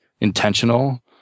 intentional